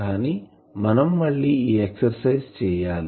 కానీ మనం మళ్ళి ఈ ఎక్సరసైజ్ చేయాలి